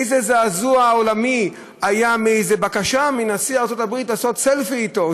איזה זעזוע עולמי היה מאיזו בקשה מנשיא ארצות הברית לעשות סלפי אתו.